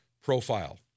profile